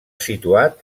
situat